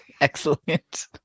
Excellent